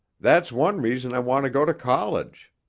that's one reason i want to go to college.